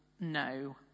no